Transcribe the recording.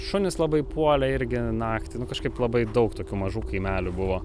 šunys labai puolė irgi naktį nu kažkaip labai daug tokių mažų kaimelių buvo